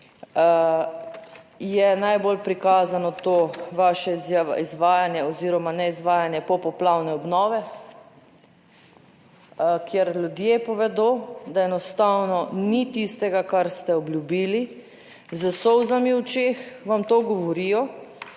Je najbolj prikazano to vaše izvajanje oziroma neizvajanje popoplavne obnove, kjer ljudje povedo, da enostavno ni tistega, kar ste obljubili. S solzami v očeh vam to govorijo,